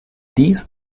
this